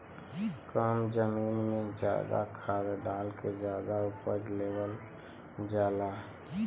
कम जमीन में जादा खाद डाल के जादा उपज लेवल जाला